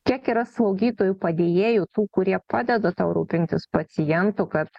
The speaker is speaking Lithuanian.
kiek yra slaugytojų padėjėjų tų kurie padeda tau rūpintis pacientu kad